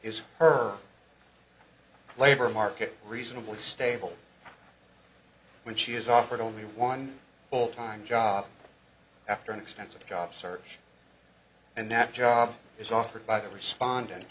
is her labor market reasonably stable when she is offered only one full time job after an expensive job search and that job is offered by the respond